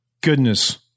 goodness